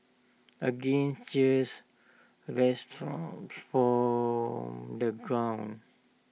again cheers resounded from the crowd